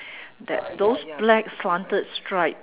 that those black slanted stripe